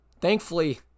Thankfully